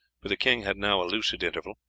for the king had now a lucid interval.